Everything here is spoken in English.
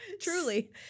Truly